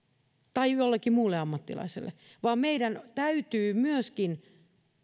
tai jollekin muulle ammattilaiselle vaan meidän täytyy myöskin